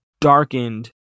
darkened